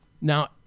Now